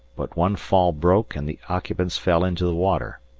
but one fall broke and the occupants fell into the water.